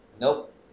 Nope